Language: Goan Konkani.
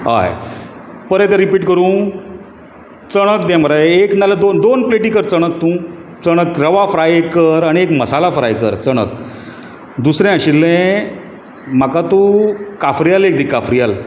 हय परत रिपीट करूं चणक दी मरे एक ना दोन प्लेटी कर चणक तूं चणक रवा फ्राय कर आनी मसाला फ्राय कर चणक दूसरे आशिल्लें म्हाका तूं काफ्रीयल एक दी काफ्रियल